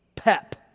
pep